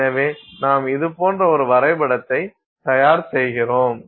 எனவே நாம் இது போன்ற ஒரு வரைபடத்தை தயார் செய்கிறோம்